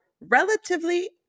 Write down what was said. relatively